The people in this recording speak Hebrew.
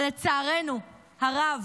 אבל לצערנו הרב,